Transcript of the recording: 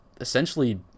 essentially